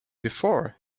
before